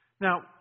Now